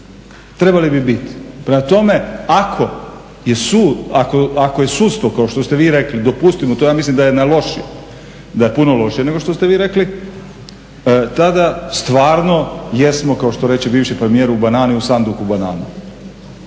Trebali bi biti. Prema tome, ako je sudstvo, kao što ste vi rekli, dopustimo to, ja mislim da je na lošije, da je puno lošije nego što ste vi rekli tada stvarno jesmo kao što reče bivši premijer u banani, u sanduku banana.